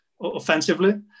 offensively